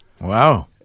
Wow